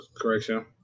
correction